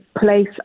place